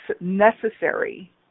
necessary